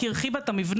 כי היא הרחיבה את המבנה,